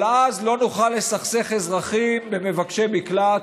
אבל אז לא נוכל לסכסך אזרחים במבקשי מקלט,